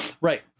right